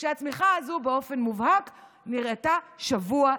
כשהצמיחה הזו באופן מובהק נראתה שבוע לפני.